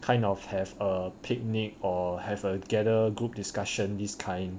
kind of have a picnic or have a gather group discussion this kind